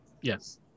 Yes